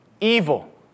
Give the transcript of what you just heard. Evil